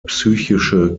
psychische